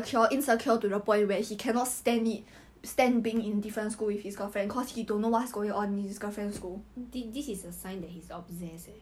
and like the heck you should trust your girlfriend bro unless she did something to break your trust then I will understand but I don't think she did